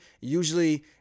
Usually